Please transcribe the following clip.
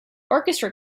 orchestra